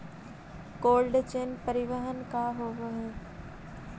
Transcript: Cold chain परिवहन का होव हइ?